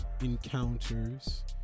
encounters